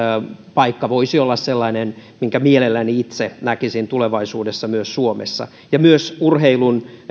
paikka voisi olla sellainen minkä mielelläni itse näkisin tulevaisuudessa myös suomessa ja myös urheilun